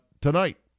tonight